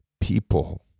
people